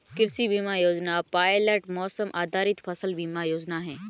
कृषि बीमा योजना पायलट मौसम आधारित फसल बीमा योजना है